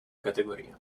categoria